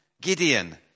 Gideon